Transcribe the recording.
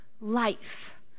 life